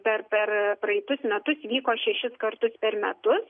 per per praeitus metus vyko šešis kartus per metus